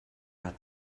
hat